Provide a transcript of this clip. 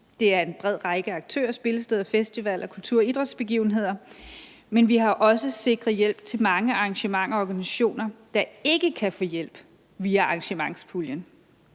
omfatter en bred række af aktører, spillesteder, festivaler og kultur- og idrætsbegivenheder, men vi har også sikret hjælp til mange arrangører og organisationer, der ikke kan få hjælp via arrangementspuljen.